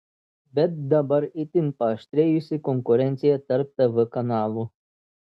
bet dabar itin paaštrėjusi konkurencija tarp tv kanalų